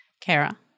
Kara